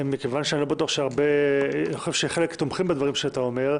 מכיוון שאני חושב שחלק תומכים בדברים שאתה אומר,